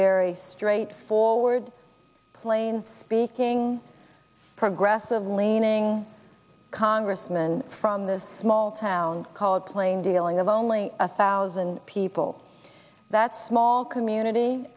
very straightforward plain speaking progressive leaning congressman from this small town called plain dealing of only a thousand people that small community